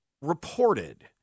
reported